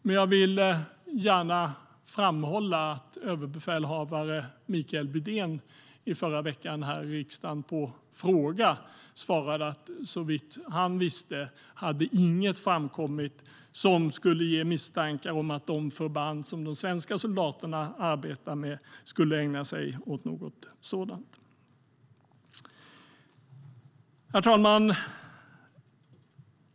Men jag vill gärna framhålla att överbefälhavare Micael Bydén i förra veckan här i riksdagen på en fråga svarade att såvitt han visste hade inget framkommit som skulle ge misstankar om att de förband som de svenska soldaterna arbetar med skulle ägna sig åt något sådant. Herr talman!